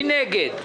מי נגד?